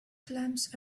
clams